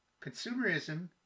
Consumerism